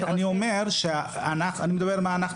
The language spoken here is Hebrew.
אני מדבר עלינו.